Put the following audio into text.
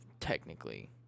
technically